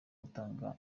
gutanga